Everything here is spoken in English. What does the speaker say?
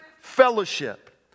fellowship